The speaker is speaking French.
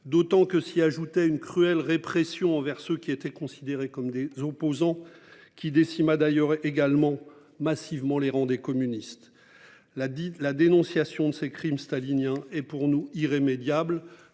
D'autant que s'y ajoutaient une cruelle répression envers ceux qui étaient considérés comme des opposants qui décima d'ailleurs est également massivement les rangs des communistes. La dit la dénonciation de ces crimes staliniens et pour nous irrémédiable.